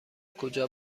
کجا